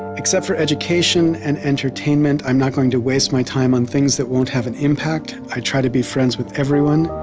except for education and entertainment, i'm not going to waste my time on things that won't have an impact. i try to be friends with everyone,